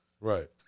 Right